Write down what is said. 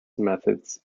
methods